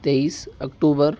तेईस अक्टूबर